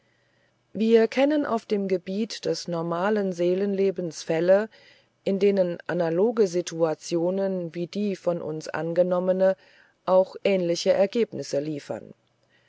wir kennen auf dem gebiete des normalen seelenlebens fälle in denen analoge situationen wie die von uns angenommene auch ähnliche ergebnisse liefern